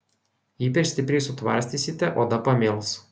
jei per stipriai sutvarstysite oda pamėls